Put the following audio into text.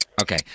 okay